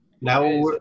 Now